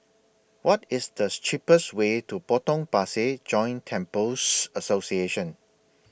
What IS The cheapest Way to Potong Pasir Joint Temples Association